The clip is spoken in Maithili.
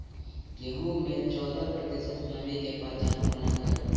गेंहूँ मे चौदह प्रतिशत नमी केँ पहचान कोना करू?